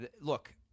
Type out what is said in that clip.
look